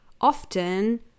often